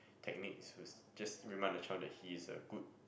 techniques whose just remind the child that he's a good